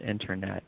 internet